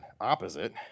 opposite